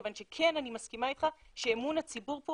כיוון שכן אני מסכימה איתך שאמון הציבור פה